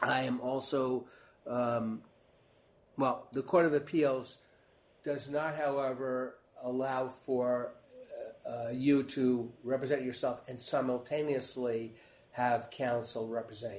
i am also well the court of appeals does not however allow for you to represent yourself and simultaneously have counsel represent